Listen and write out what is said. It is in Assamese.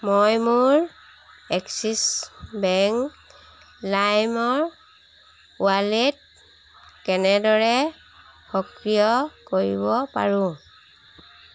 মই মোৰ এক্সিছ বেংক লাইমৰ ৱালেট কেনেদৰে সক্ৰিয় কৰিব পাৰোঁ